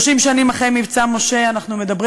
30 שנה אחרי "מבצע משה" אנחנו מדברים